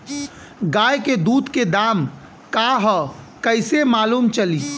गाय के दूध के दाम का ह कइसे मालूम चली?